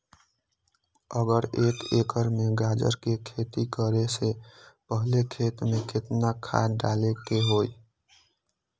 अगर एक एकर में गाजर के खेती करे से पहले खेत में केतना खाद्य डाले के होई?